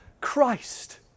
Christ